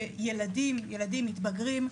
שילדים ומתבגרים,